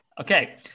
Okay